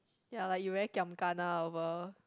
ya like you very kiam gana over